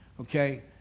okay